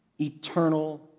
eternal